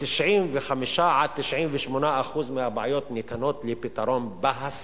ש-95% 98% מהבעיות ניתנות לפתרון בהסכמה.